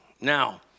Now